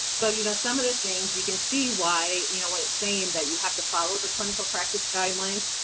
so, you know, some of the things you can see why you know why saying that you have to follow the clinical practice guidelines.